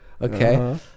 okay